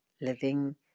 living